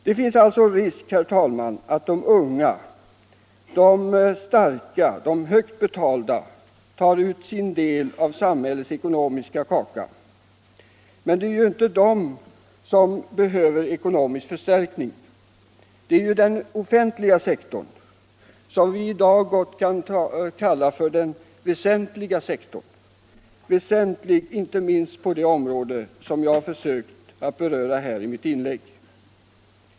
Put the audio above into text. Det finns alltid en risk att de unga, de starka, de högt betalda tar ut sin del av samhällets ekonomiska kaka. Men det är ju inte de som behöver ekonomisk förstärkning. Det är den offentliga sektorn som i dag kan kallas den väsentliga sektorn, väsentlig inte minst på det område som jag har berört här i mitt inlägg.